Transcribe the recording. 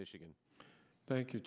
michigan thank you